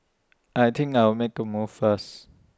I think I'll make A move first